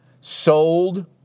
sold